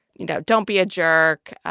you know, don't be a jerk.